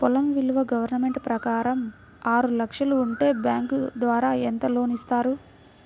పొలం విలువ గవర్నమెంట్ ప్రకారం ఆరు లక్షలు ఉంటే బ్యాంకు ద్వారా ఎంత లోన్ ఇస్తారు?